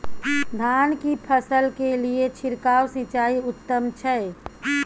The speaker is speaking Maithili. धान की फसल के लिये छिरकाव सिंचाई उत्तम छै?